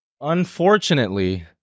Unfortunately